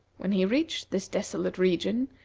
when he reached this desolate region,